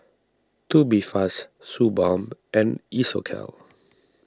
Tubifast Suu Balm and Isocal